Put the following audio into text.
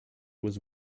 was